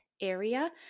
area